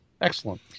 Excellent